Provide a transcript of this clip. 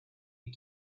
est